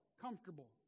comfortable